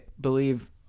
believe